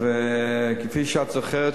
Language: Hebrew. כפי שאת זוכרת,